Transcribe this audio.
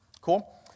Cool